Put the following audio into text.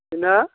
ना